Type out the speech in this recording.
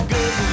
Good